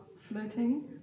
floating